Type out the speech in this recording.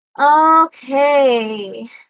Okay